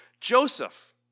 Joseph